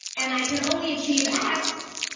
and i can only achieve x,